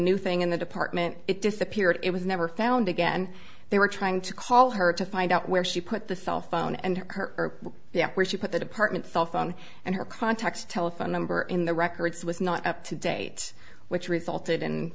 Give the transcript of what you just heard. new thing in the department it disappeared it was never found again they were trying to call her to find out where she put the cell phone and her yeah where she put the department cellphone and her contacts telephone number in the records was not up to date which resulted in